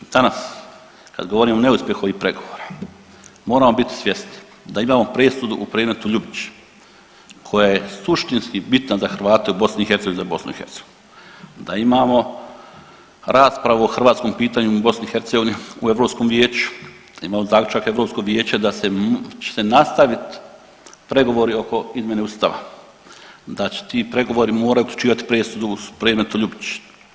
Danas kad govorimo o neuspjehu ovih pregovora moramo biti svjesni da imamo presudu u predmetu Ljubić koja je suštinska bitna za Hrvate u BiH i za BiH, da imamo raspravu o hrvatskom pitanju u BiH u Europskom vijeću, da imamo zaključak Europskog vijeća da će se nastaviti pregovori oko izmjene ustava, da će ti pregovori moraju uključivati i presudu u predmetu Ljubić.